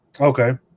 Okay